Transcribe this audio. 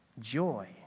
joy